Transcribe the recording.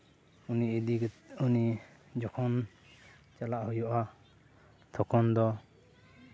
ᱩᱱᱤ ᱤᱫᱤ ᱠᱟᱛᱮᱫ ᱩᱱᱤ ᱡᱚᱠᱷᱚᱱ ᱪᱟᱞᱟᱜ ᱦᱩᱭᱩᱜᱼᱟ ᱛᱚᱠᱷᱚᱱ ᱫᱚ